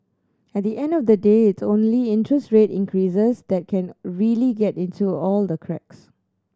at the end of the day it's only interest rate increases that can really get into all the cracks